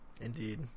Indeed